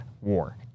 war